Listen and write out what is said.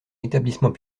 établissement